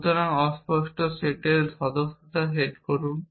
সুতরাং অস্পষ্ট সেটের সদস্যতা সেট করুন